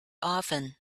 often